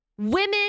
Women